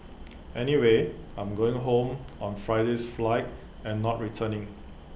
anyway I'm going home on Friday's flight and not returning